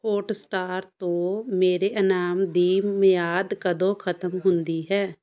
Hotstar ਤੋਂ ਮੇਰੇ ਇਨਾਮ ਦੀ ਮਿਆਦ ਕਦੋਂ ਖਤਮ ਹੁੰਦੀ ਹੈ